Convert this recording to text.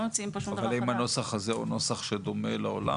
האם הנוסח הזה הוא נוסח שדומה לעולם,